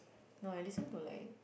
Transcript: no I listen to like